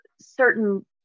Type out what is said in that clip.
certain